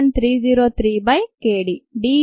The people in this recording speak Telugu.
303 k d